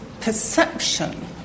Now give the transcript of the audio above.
perception